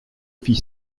fit